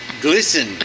glisten